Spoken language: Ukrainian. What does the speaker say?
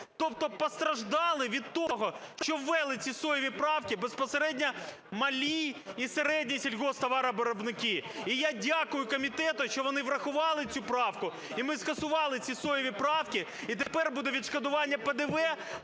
Тобто постраждали від того, що ввели ці "соєві правки" безпосередньо малі і середні сільгосптоваровиробники. І я дякую комітету, що вони врахували цю правку і ми скасували ці "соєві правки", і тепер буде відшкодування ПДВ